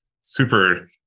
super